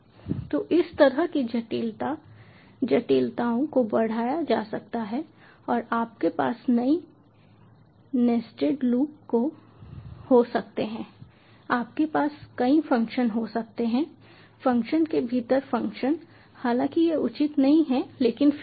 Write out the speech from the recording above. तो इस तरह की जटिलता जटिलताओं को बढ़ाया जा सकता है और आपके पास कई नेस्टेड लूप हो सकते हैं आपके पास कई फ़ंक्शन हो सकते हैं फ़ंक्शन के भीतर फ़ंक्शन हालांकि यह उचित नहीं है लेकिन फिर भी